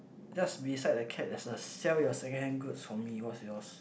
just beside the cat there's a sell your second hand goods for me what's yours